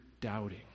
doubting